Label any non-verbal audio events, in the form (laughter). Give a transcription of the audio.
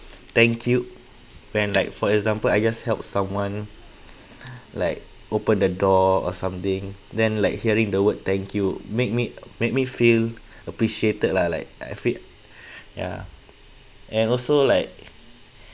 thank you when like for example I just help someone (breath) like open the door or something then like hearing the word thank you make me make me feel appreciated lah like I feel (breath) ya and also like